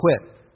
quit